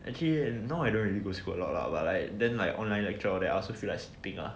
actually now I don't really go school a lot lah but like then like online lecture all that I also feel like sleeping lah